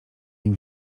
nim